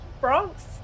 Bronx